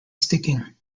sticking